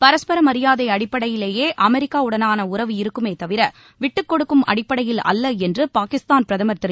பரஸ்பர மரியாதை அடிப்படையிலேயே அமெரிக்காவுடனான உறவு இருக்குமே தவிர விட்டுக் கொடுக்கும் அடிப்படையில் அல்ல என்று பாகிஸ்தான் பிரதமர் திரு